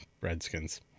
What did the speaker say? Redskins